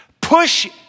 Push